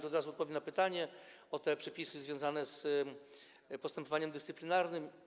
Tu od razu odpowiem na pytanie o przepisy związane z postępowaniem dyscyplinarnym.